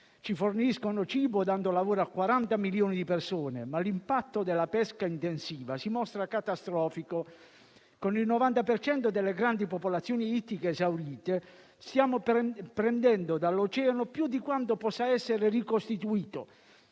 Ci forniscono cibo, dando lavoro a 40 milioni di persone, ma l'impatto della pesca intensiva si mostra catastrofico: con il 90 per cento delle grandi popolazioni ittiche esaurite, stiamo prendendo dall'oceano più di quanto possa essere ricostituito.